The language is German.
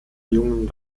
jungen